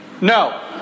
no